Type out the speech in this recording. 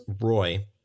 Roy